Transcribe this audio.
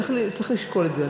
צריך לשקול את זה.